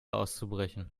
auszubrechen